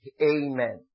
Amen